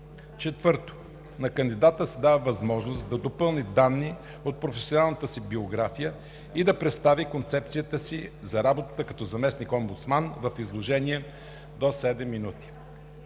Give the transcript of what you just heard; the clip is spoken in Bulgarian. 4. На кандидата се дава възможност да допълни данни от професионалната си биография и да представи концепцията си за работа като заместник-омбудсман в изложение до 7 минути.